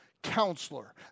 counselor